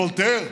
וולטר.